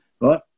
right